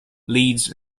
leeds